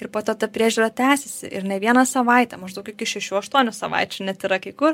ir po to ta priežiūra tęsiasi ir ne vieną savaitę maždaug iki šešių aštuonių savaičių net yra kai kur